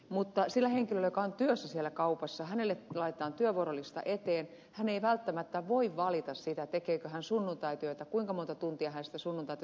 mutta henkilölle joka on työssä kaupassa laitetaan työvuorolista eteen hän ei välttämättä voi valita sitä tekeekö hän sunnuntaityötä ja kuinka monta tuntia hän sunnuntaityötä tekee